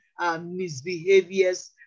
misbehaviors